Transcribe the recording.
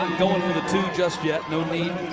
ah going for the two just yet. no need.